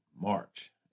March